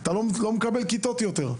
אתה לא מקבל כיתות יותר.